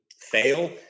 fail